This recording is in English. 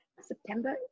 September